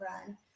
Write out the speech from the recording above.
run